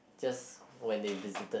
just when they visited